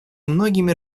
многими